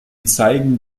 zeigen